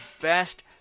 best